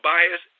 Bias